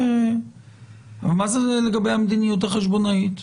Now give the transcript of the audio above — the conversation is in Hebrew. אבל מה לגבי המדיניות החשבונאית?